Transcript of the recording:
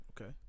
Okay